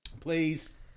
Please